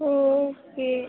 okay